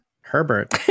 Herbert